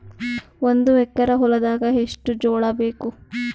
ಒಂದು ಎಕರ ಹೊಲದಾಗ ಎಷ್ಟು ಜೋಳಾಬೇಕು?